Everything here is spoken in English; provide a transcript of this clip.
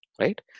right